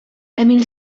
emil